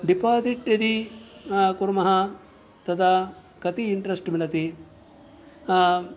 deposit यदि कुर्मः तदा कति इण्ट्रेष्ट् मिलति